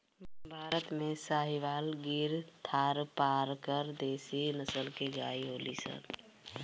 भारत में साहीवाल, गिर, थारपारकर देशी नसल के गाई होलि सन